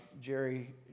Jerry